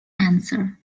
answer